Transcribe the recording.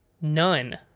none